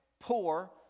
Poor